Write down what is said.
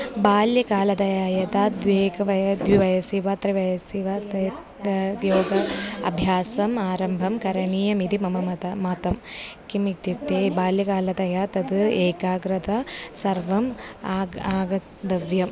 बाल्यकालतया यदा द्वि एकवयसि द्विवयसि वा त्रिवयसि वा ते उद्योगस्य अभ्यासम् आरम्भं करणीयमिति मम मत मतम् किम् इत्युक्ते बाल्यकालतया तद् एकाग्रता सर्वम् आग् आगन्तव्यम्